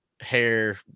hair